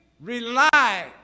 rely